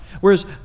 whereas